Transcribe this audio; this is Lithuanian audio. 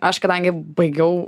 aš kadangi baigiau